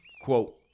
quote